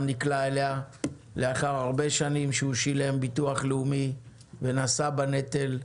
נקלע אליה לאחר הרבה שנים שהוא שילם ביטוח לאומי ונשא בנטל.